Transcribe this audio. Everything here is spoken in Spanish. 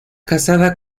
casada